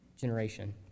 generation